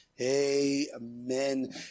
amen